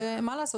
שמה לעשות?